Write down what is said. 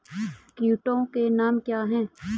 कीटों के नाम क्या हैं?